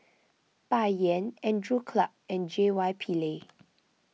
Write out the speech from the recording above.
Bai Yan Andrew Clarke and J Y Pillay